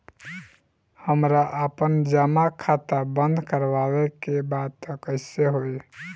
हमरा आपन जमा खाता बंद करवावे के बा त कैसे होई?